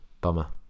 Bummer